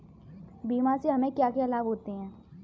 बीमा से हमे क्या क्या लाभ होते हैं?